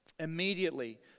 Immediately